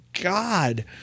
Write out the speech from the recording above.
God